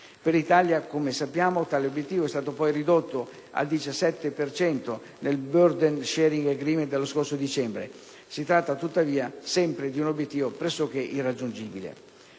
Per l'Italia, come sappiamo, tale obiettivo è stato poi ridotto al 17 per cento nel *burden sharing agreement* dello scorso dicembre. Si tratta sempre, tuttavia, di un obiettivo pressoché irraggiungibile.